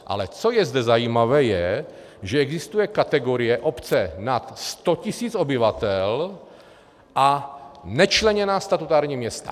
Ale co je zde zajímavé, je, že existuje kategorie obce nad 100 tisíc obyvatel a nečleněná statutární města.